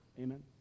amen